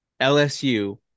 LSU